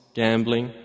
gambling